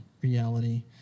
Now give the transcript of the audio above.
reality